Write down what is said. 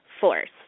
force